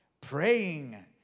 praying